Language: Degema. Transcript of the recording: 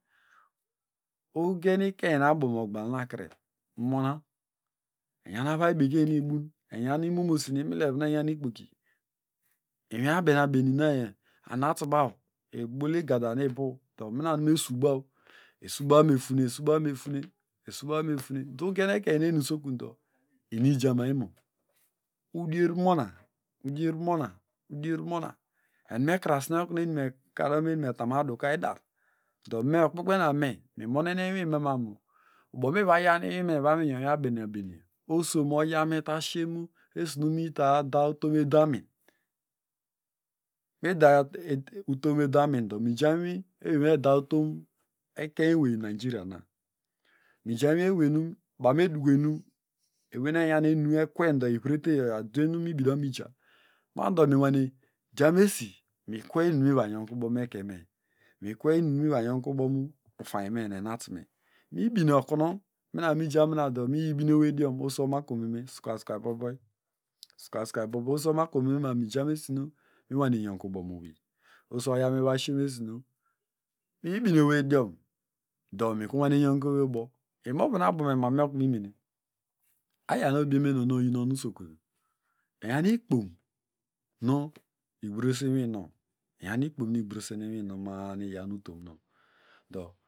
Ugen ikenynu abomu ogbalnakre iyan avaibekeiny nu ibun eyan imomosi nu imileve nu enyan ikpoki inwi abeneabeninayo enatubaw ebol igadanu ibu dọ mina nu mesubaw. esubaw me funese dọ ugen ekeniyneni usokunu dọ inumnuijamakimo udier mona. udier udier mona, mona enuekrasne okunu eni okunu enimetamadu ka idar, dọ me lkpekpename mimunonen inwuyme mamu bonu movayan inwune enyon mu abene ibeni iso moyawmevotashenu muesinu meta da utom edamin mida utom edamindo mijam inwi ewey nu meda utom ekeny ewei naijiriana mijamu inwi ewey nu bamedukoinum ewenu enyan enu ekwendo ivrewteyo oyobanu mebineokunu mija mado minwanejamesi mikwe inum nu mivayonkubo mekenyme mikwe inum nu mivayonkubo mu ufanynme nu enatume mibine okunu miramija mirado miyibine owey idiom oso oma kumeme skay skaybobo. skay skaybobo oso omakomeme mamu mijamesioiu minwane yonkubo mowey oso oyame shiemesinu mibine owey idiom dọ mikurunyoke owey ubo imovu nu abomu emame okunumemene aya nu obijemenen nuoyinonusokun onyan ikpom nu igbrosen inwinown. enyan ikpom nu igbrosen inwinown ma- a nu iyawnu tomnown dọ.